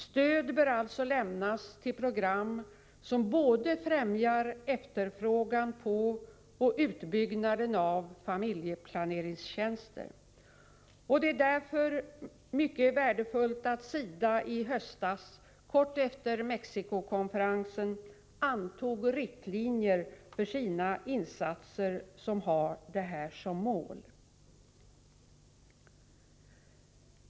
Stöd bör alltså lämnas till program som främjar både efterfrågan på och utbyggnaden av familjeplaneringstjänster. Det är därför mycket värdefullt att SIDA i höstas, kort efter Mexicokonferensen, antog riktlinjer för sina insatser som har detta mål.